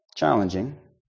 Challenging